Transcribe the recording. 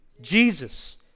Jesus